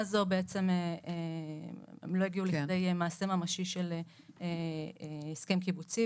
בעצם הם לא הגיעו לכדי מעשה ממשי של הסכם קיבוצי,